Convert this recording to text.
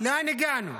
לאן הגענו?